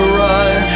run